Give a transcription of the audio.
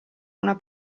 una